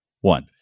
one